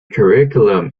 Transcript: curriculum